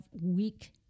weak